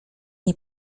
nie